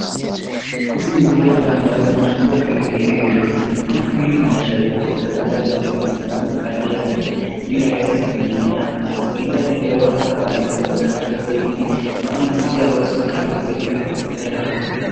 Hizi ni zile nguo ambazo zinauzwa na huyu jamaa hapo tunaona mwendesha boda boda ameweza kusimama kando yake ili aweze kununua huenda ikawa ameweka au kuipata nafuu.